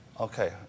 Okay